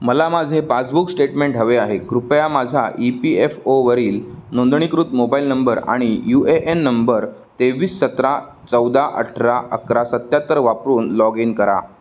मला माझे passbook statement हवे आहे कृपया माझा ई पी एफ ओवरील नोंदणीकृत मोबाईल नंबर आणि यू ए एन नंबर तेवीस सतरा चौदा अठरा अकरा सत्याहत्तर वापरून लॉग इन करा